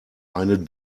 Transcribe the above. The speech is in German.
eine